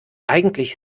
eigentlich